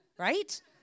right